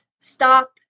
stop